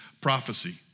prophecy